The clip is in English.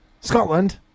Scotland